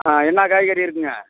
ஆ என்ன காய்கறி இருக்குதுங்க